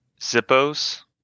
Zippo's